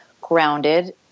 grounded